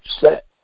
set